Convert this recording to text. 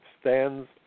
stands